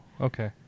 okay